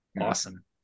awesome